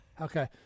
Okay